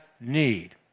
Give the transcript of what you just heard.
need